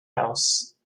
house